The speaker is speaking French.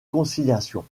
conciliation